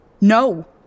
no